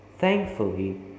thankfully